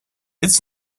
it’s